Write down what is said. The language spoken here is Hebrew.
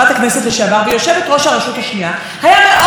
אחרי שהרשות להגבלים עסקיים אישרה את